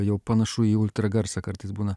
jau panašu į ultragarsą kartais būna